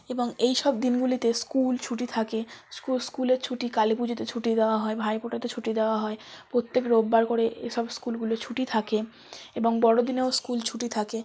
এবং এই সব দিনগুলিতে স্কুল ছুটি থাকে স্কুল স্কুলের ছুটি কালী পুজোতে ছুটি দেওয়া হয় ভাইফোঁটাতে ছুটি দেওয়া হয় প্রত্যেক রোববার করে এসব স্কুলগুলো ছুটি থাকে এবং বড়দিনেও স্কুল ছুটি থাকে